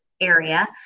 area